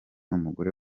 umugore